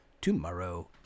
tomorrow